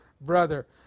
brother